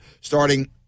starting